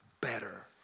better